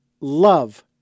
Love